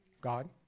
God